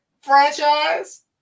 franchise